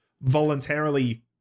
voluntarily